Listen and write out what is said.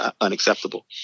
unacceptable